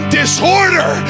disorder